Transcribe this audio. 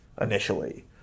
initially